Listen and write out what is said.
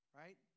right